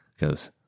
goes